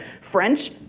French